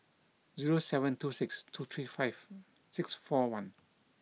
zero seven two six two three five six four one